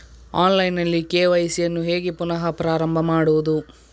Online ನಲ್ಲಿ KYC ಯನ್ನು ಹೇಗೆ ಪುನಃ ಪ್ರಾರಂಭ ಮಾಡುವುದು?